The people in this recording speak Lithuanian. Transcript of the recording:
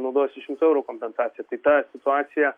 naudojasi šimto eurų kompensacija tai ta situacija